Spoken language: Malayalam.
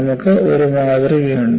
നമുക്ക് ഒരു മാതൃകയുണ്ട്